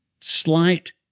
slight